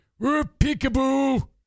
Peekaboo